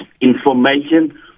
information